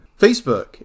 Facebook